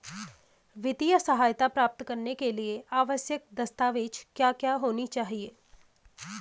वित्तीय सहायता प्राप्त करने के लिए आवश्यक दस्तावेज क्या क्या होनी चाहिए?